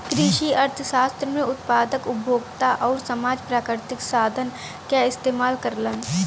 कृषि अर्थशास्त्र में उत्पादक, उपभोक्ता आउर समाज प्राकृतिक संसाधन क इस्तेमाल करलन